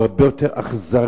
הוא הרבה יותר אכזרי,